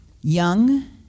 young